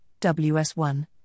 WS1